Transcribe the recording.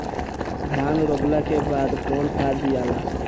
धान रोपला के बाद कौन खाद दियाला?